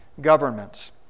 governments